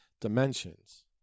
dimensions